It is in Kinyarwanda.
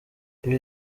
ibi